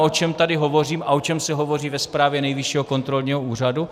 O čem tady hovořím a o čem se hovoří ve zprávě Nejvyššího kontrolního úřadu?